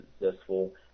successful